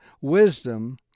wisdom